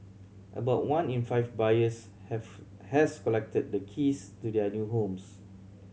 about one in five buyers have has collected the keys to their new homes